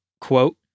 Quote